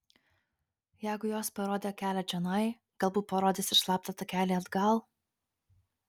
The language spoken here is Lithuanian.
jeigu jos parodė kelią čionai galbūt parodys ir slaptą takelį atgal